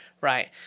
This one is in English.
right